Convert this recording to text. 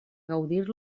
gaudir